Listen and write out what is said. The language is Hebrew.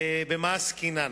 במה עסקינן?